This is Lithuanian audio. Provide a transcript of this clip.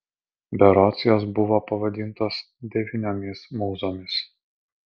berods jos buvo pavadintos devyniomis mūzomis